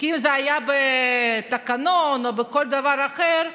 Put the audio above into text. אם זה היה בתקנות או בכל דבר אחר,